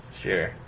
Sure